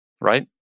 right